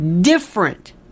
different